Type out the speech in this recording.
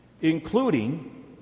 including